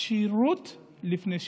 "שירות לפני שיטור".